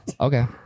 Okay